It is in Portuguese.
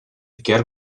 quer